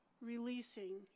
releasing